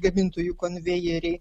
gamintojų konvejeriai